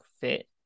fit